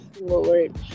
Lord